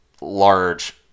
large